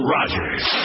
Rogers